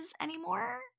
anymore